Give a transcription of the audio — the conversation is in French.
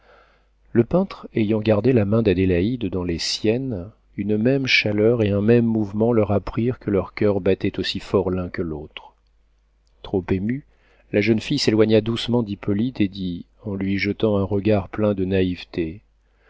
le peintre ayant gardé la main d'adélaïde dans les siennes une même chaleur et un même mouvement leur apprirent que leurs coeurs battaient aussi fort l'un que l'autre trop émue la jeune fille s'éloigna doucement d'hippolyte et dit en lui jetant un regard plein de naïveté